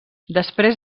després